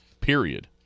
period